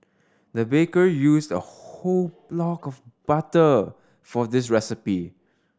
the baker used a whole block of butter for this recipe